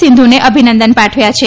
સિંધુને અભિનંદન પાઠવ્યા છે